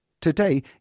Today